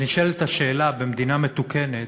אז נשאלת השאלה: במדינה מתוקנת,